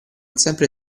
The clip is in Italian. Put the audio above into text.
sempre